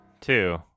two